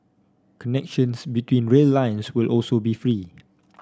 connections between rail lines will also be free